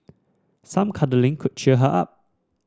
some cuddling could cheer her up